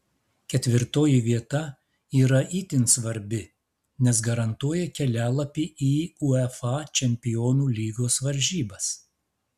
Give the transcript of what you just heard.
ketvirtoji vieta yra itin svarbi nes garantuoja kelialapį į uefa čempionų lygos varžybas